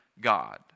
God